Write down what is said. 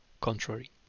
contrary